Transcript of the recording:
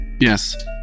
Yes